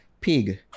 Pig